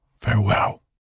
Farewell